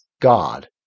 God